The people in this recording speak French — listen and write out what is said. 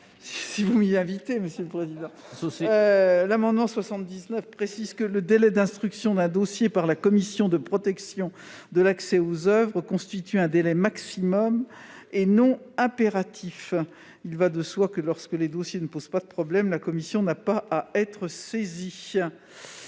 : La parole est à Mme la ministre. L'amendement n° 79 précise que le délai d'instruction d'un dossier par la commission de protection de l'accès aux oeuvres constitue un délai maximum et non impératif. Il va de soi que, lorsque les dossiers ne posent pas de problème, la commission n'a pas à être saisie.